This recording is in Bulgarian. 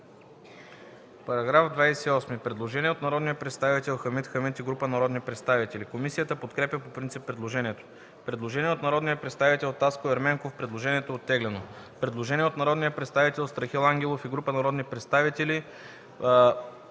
По § 28 има предложение от народния представител Хамид Хамид и група народни представители. Комисията подкрепя по принцип предложението. Предложение от народния представител Таско Ерменков. Предложението е оттеглено. Предложение от народния представител Страхил Ангелов и група народни представители